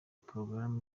porogaramu